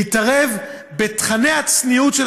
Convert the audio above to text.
עדיין מתעקש להתערב בתוכני הצניעות של